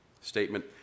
statement